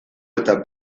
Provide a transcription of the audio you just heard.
eta